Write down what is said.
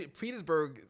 Petersburg